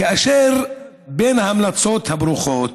בין ההמלצות הברוכות: